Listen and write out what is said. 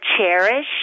cherish